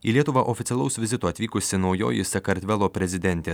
į lietuvą oficialaus vizito atvykusi naujoji sakartvelo prezidentė